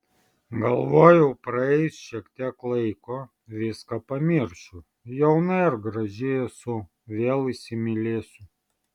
galvojau praeis šiek tiek laiko viską pamiršiu jauna ir graži esu vėl įsimylėsiu